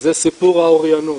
זה סיפור האוריינות.